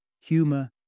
humor